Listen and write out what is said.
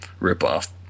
ripoff